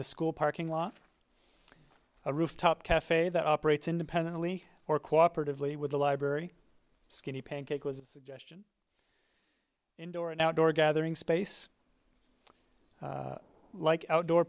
the school parking lot a rooftop cafe that operates independently or cooperative lee with a library skinny pancake was just an indoor and outdoor gathering space like outdoor